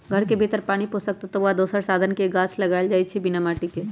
घर के भीतर पानी पोषक तत्व आ दोसर साधन से गाछ लगाएल जाइ छइ बिना माटिके